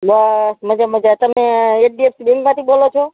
બસ મજા મજા તમે એચડીએફસી બેંકમાંથી બોલો છો